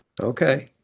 Okay